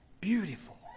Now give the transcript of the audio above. Beautiful